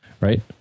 Right